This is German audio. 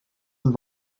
und